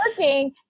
working